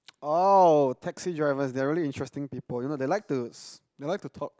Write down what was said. oh taxi drivers they are really interesting people you know they like to they like to talk